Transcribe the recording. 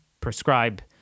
prescribe